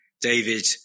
David